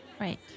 Right